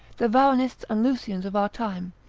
the varronists and lucians of our time,